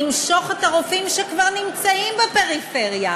למשוך את הרופאים שכבר נמצאים בפריפריה,